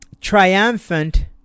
Triumphant